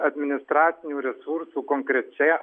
administracinių resursų konkrečia